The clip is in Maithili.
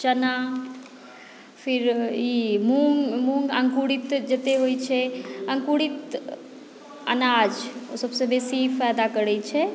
चना ई फेर मुँग मुँग अङ्कुरित जते होइ छै अङ्कुरित अनाज सभसँ बेसी फायदा करै छै